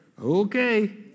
Okay